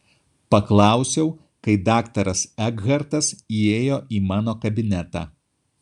paklausiau kai daktaras ekhartas įėjo į mano kabinetą